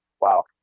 wow